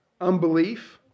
unbelief